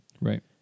Right